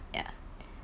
ya